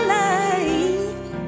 life